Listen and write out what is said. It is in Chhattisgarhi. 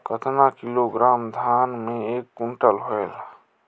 कतना किलोग्राम धान मे एक कुंटल होयल?